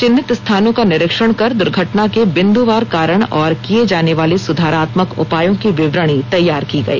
चिन्हित स्थानों का निरिक्षण कर दुर्घटना के बिंदुवार कारण और किये जाने वाले सुधारात्मक उपायों की विवरणी तैयार की गई